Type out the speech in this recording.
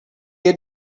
had